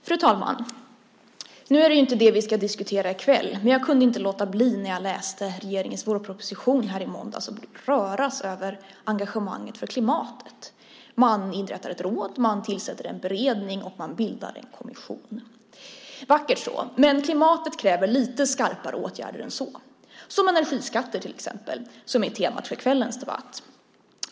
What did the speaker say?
Fru talman! Nu är det ju inte det här vi ska diskutera i kväll, men när jag läste regeringens vårproposition i måndags kunde jag inte låta bli att röras över engagemanget för klimatet. Man inrättar ett råd. Man tillsätter en beredning, och man bildar en kommission. Vackert så, men klimatet kräver lite skarpare åtgärder, till exempel energiskatter, som är temat för kvällens debatt.